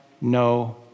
no